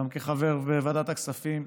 גם כחבר בוועדת הכספים,